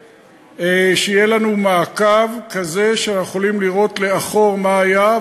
שיהיה לנו מעקב כזה שאנחנו יכולים לראות לאחור מה היה,